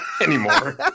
anymore